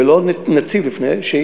ולא נציג לפנֵי,